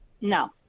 No